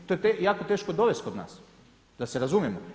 To je jako teško dovesti kod nas, da se razumijemo.